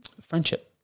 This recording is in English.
friendship